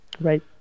Right